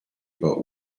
but